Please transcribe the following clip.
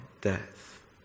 death